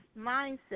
mindset